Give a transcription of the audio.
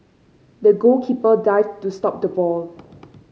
the goalkeeper dived to stop the ball